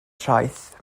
traeth